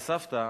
הסבתא,